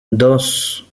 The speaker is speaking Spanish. dos